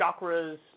chakras